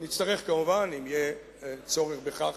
נצטרך כמובן, אם יהיה צורך בכך,